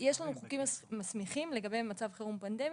יש לנו חוקים מסמיכים לגבי מצב חירום פנדמי,